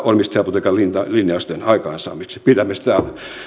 omistajapolitiikan linjausten aikaansaamiseksi pidämme sitä